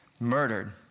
murdered